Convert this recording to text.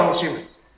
humans